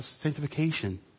sanctification